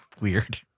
Weird